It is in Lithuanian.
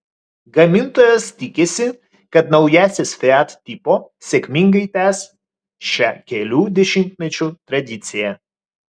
gamintojas tikisi kad naujasis fiat tipo sėkmingai tęs šią kelių dešimtmečių tradiciją